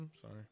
sorry